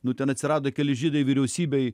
nu ten atsirado keli žydai vyriausybėj